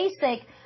Basic